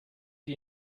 die